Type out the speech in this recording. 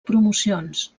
promocions